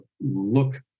look